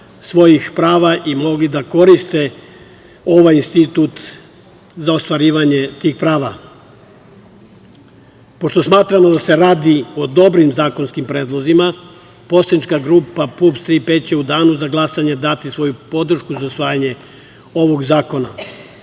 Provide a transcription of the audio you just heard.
svojih prava i mogli da koriste ovaj institut za ostvarivanje tih prava. Pošto smatramo da se radi o dobrim zakonskim predlozima, Poslanička grupa PUPS „Tri P“ će u danu za glasanje dati svoju podršku za usvajanje ovog zakona. Takođe,